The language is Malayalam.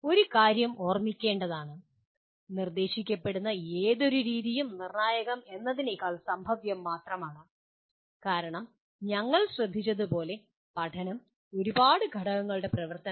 ഒരു കാര്യം ഓർമ്മിക്കേണ്ടതാണ് നിർദ്ദേശിക്കപ്പെടുന്ന ഏതൊരു രീതിയും നിർണ്ണായകം എന്നതിനേക്കാൾ സംഭവ്യം മാത്രമാണ് കാരണം ഞങ്ങൾ ശ്രദ്ധിച്ചതുപോലെ പഠനം ഒരുപാട് ഘടകങ്ങളുടെ പ്രവർത്തനമാണ്